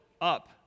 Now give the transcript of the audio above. up